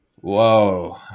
whoa